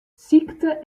sykte